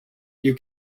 you